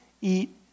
eat